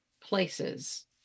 places